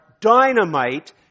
dynamite